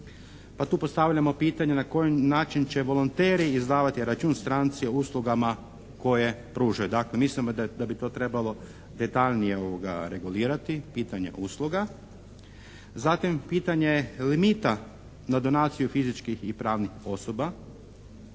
Pa tu postavljamo pitanje na koji način će volonteri izdavati račun stranci o uslugama koje pružaju? Dakle mislimo da bi to trebalo detaljnije regulirati, pitanje usluga. Zatim pitanje limita na donaciju fizičkih i pravnih osoba.